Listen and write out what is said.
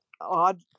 odd